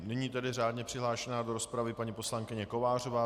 Nyní tedy řádně přihlášená do rozpravy paní poslankyně Kovářová.